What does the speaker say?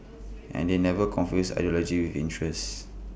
and they never confused ideology interest